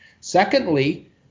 Secondly